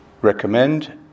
recommend